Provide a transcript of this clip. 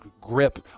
grip